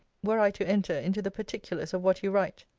were i to enter into the particulars of what you write.